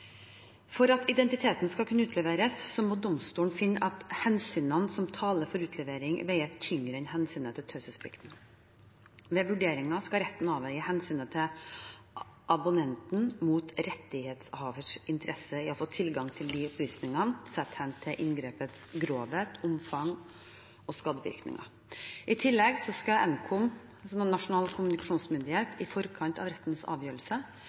For at identiteten skal kunne utleveres, må domstolen finne at hensynene som taler for utlevering, veier tyngre enn hensynet til taushetsplikten. Ved vurderingen skal retten avveie hensynet til abonnenten mot rettighetshavers interesse av å få tilgang til de opplysningene, sett hen til inngrepets grovhet, omfang og skadevirkninger. I tillegg skal Nkom, Nasjonal kommunikasjonsmyndighet, i forkant av rettens avgjørelse